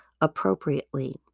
appropriately